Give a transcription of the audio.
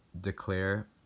declare